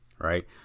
Right